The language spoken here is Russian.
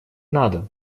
надо